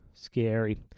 Scary